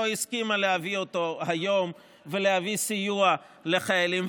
הסכימה להביא אותו היום ולהביא סיוע לחיילים.